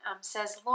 says